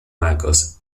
michaels